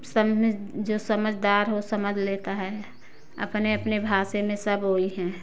समझ जो समझदार हो समझ लेता है अपने अपने भाषे में सब वही हैं